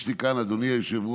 יש לי כאן, אדוני היושב-ראש,